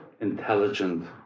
intelligent